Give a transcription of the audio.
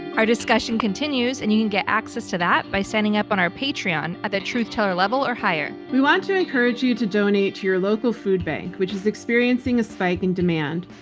our discussion continues, and you can get access to that by signing up on our patreon at the truth teller level or higher. we want to encourage you to donate to your local food bank, which is experiencing a spike in demand.